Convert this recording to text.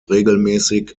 regelmäßig